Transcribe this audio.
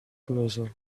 closer